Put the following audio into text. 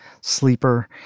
sleeper